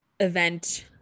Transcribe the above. event